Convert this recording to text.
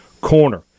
Corner